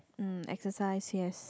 um exercise yes